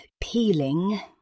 peeling